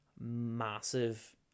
massive